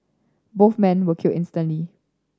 both men were killed instantly